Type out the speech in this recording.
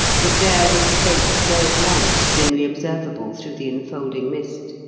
that there was the faint glow of lights dimly observable through the enfolding mist,